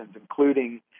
including